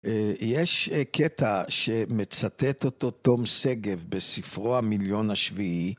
אה, יש קטע שמצטט אותו תום שגב בספרו המיליון השביעי.